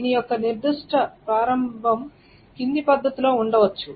దీని యొక్క నిర్దిష్ట ప్రారంభం క్రింది పద్ధతిలో ఉండవచ్చు